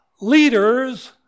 Leaders